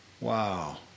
Wow